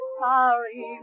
sorry